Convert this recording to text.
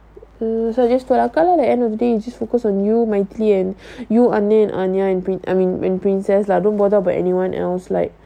so I just told at the end of the day you just focus on you you and and princess lah don't bother about anyone else like